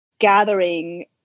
gathering